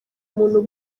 umuntu